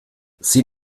sie